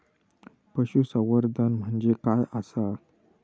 पशुसंवर्धन म्हणजे काय आसा?